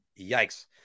Yikes